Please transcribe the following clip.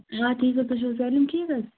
آ ٹھیٖک حظ تُہۍ چھِو سٲلِم ٹھیٖک حظ